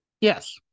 Yes